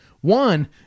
One